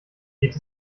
geht